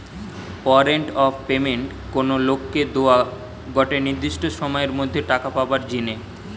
warrant of payment কোনো লোককে দোয়া গটে নির্দিষ্ট সময়ের মধ্যে টাকা পাবার জিনে